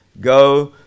go